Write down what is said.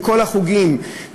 מכל החוגים,